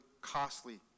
costly